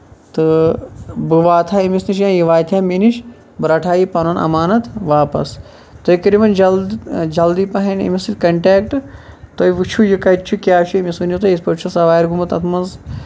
تہٕ بہٕ واتہٕ ہا أمِس نِش یہِ واتہِ ہا مےٚ نِش بہٕ رَٹہٕ ہا یہِ پَنُن اَمانتھ واپَس تُہۍ کٔرِو وۄنۍ جلدی پہن أمِس کنٹیکٹہٕ تُہۍ وٕچھو یہِ کَتہِ چھُ کیاہ چھُ أمِس ؤنوتُہۍ یِتھۍ پٲٹھۍ چھُ سَوارِ گوٚمُت